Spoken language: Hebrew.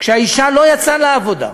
כשהאישה לא יצאה לעבודה.